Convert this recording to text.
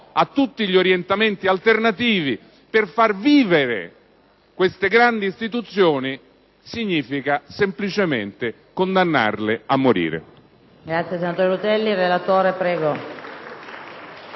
a tutti gli orientamenti alternativi per far vivere queste grandi istituzioni significa semplicemente condannarle a morire.